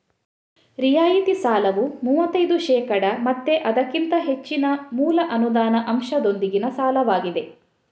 ರಿಯಾಯಿತಿ ಸಾಲವು ಮೂವತ್ತೈದು ಶೇಕಡಾ ಮತ್ತೆ ಅದಕ್ಕಿಂತ ಹೆಚ್ಚಿನ ಮೂಲ ಅನುದಾನ ಅಂಶದೊಂದಿಗಿನ ಸಾಲವಾಗಿದೆ